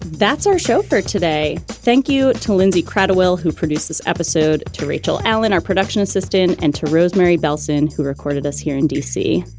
that's our show for today thank you to lindsey kratochvil, who produced this episode. to rachel allen, our production assistant, and to rosemary bellson, who recorded us here in d c.